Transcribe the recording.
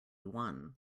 one